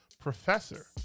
professor